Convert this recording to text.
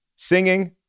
Singing